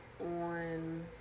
on